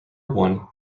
one